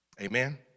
amen